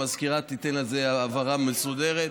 המזכירה תיתן על זה הבהרה מסודרת.